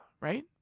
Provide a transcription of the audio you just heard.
right